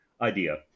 idea